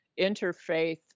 interfaith